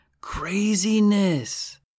Craziness